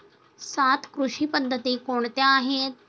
सात कृषी पद्धती कोणत्या आहेत?